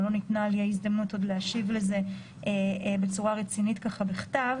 או לא ניתנה לי ההזדמנות עוד להשיב לזה בצורה רצינית בכתב,